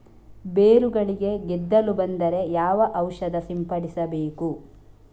ಬೇರುಗಳಿಗೆ ಗೆದ್ದಲು ಬಂದರೆ ಯಾವ ಔಷಧ ಸಿಂಪಡಿಸಬೇಕು?